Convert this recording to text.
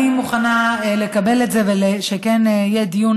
אני מוכנה לקבל את זה ושכן יהיה דיון